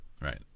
Right